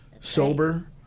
sober